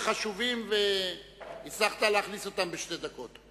חשובים והצלחת להכניס אותם בשתי דקות.